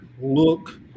look